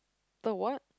the what